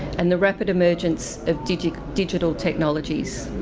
and the rapid emergence of digital digital technologies.